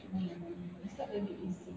mm it's not really easy